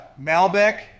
Malbec